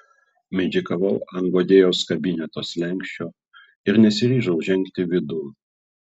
mindžikavau ant guodėjos kabineto slenksčio ir nesiryžau žengti vidun